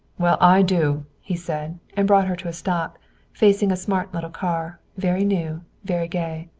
well, i do, he said, and brought her to a stop facing a smart little car, very new, very gay.